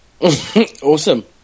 Awesome